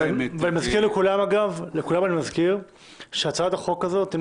לכולם אני מזכיר שאם הצעת החוק הזאת לא